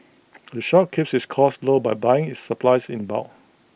the shop keeps its costs low by buying its supplies in bulk